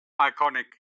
iconic